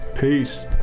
Peace